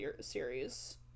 series